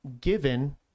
given